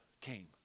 came